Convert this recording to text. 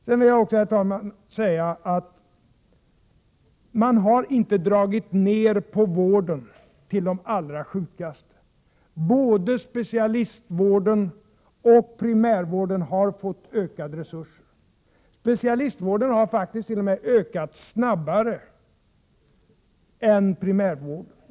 Sedan vill jag också, herr talman, säga att man inte har dragit ner på vården till de allra sjukaste. Både specialistvården och primärvården har fått ökade resurser. Specialistvården har faktiskt t.o.m. ökat snabbare än primärvården.